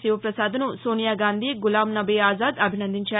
శివప్రసాద్ను సోనియా గాంధీ గులాంనబీ ఆజాద్ అభినందించారు